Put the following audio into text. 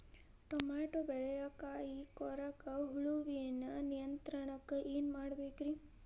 Tomato ಬೆಳೆಯ ಕಾಯಿ ಕೊರಕ ಹುಳುವಿನ ನಿಯಂತ್ರಣಕ್ಕ ಏನ್ ಮಾಡಬೇಕ್ರಿ?